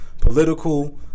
political